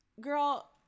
girl